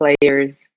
players